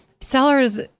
sellers